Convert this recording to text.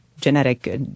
genetic